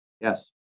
Yes